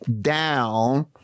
down